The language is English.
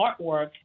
artwork